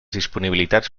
disponibilitats